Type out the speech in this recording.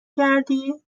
کردی